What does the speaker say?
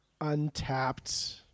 untapped